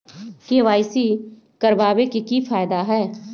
KYC करवाबे के कि फायदा है?